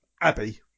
abby